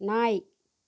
நாய்